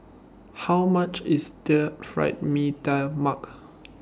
How much IS Stir Fried Mee Tai Mak